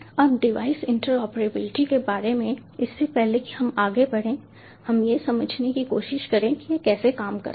अब device interoperability के बारे में इससे पहले कि हम आगे बढ़े हम यह समझने की कोशिश करें कि यह कैसे काम करता है